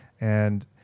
and-